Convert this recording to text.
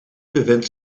bevindt